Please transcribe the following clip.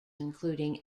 including